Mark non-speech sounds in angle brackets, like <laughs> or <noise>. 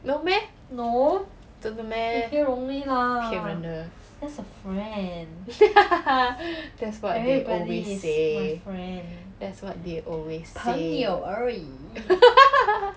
no meh 真的 meh 骗人的 <laughs> that's what they always say that's what they always say